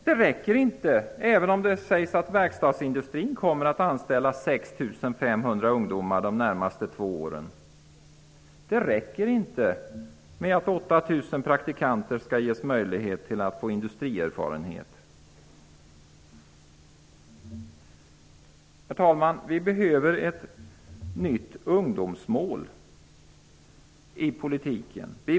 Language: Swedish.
Det räcker inte även om det sägs att verkstadsindustrin kommer att anställa 6 500 ungdomar de närmaste två åren. Det räcker inte med att 8 000 praktikanter skall ges möjlighet att få industrierfarenhet. Herr talman! Vi behöver ett nytt ungdomsmål i politiken.